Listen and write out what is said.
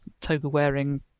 toga-wearing